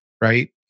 right